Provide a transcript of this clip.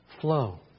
flow